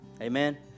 amen